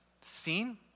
seen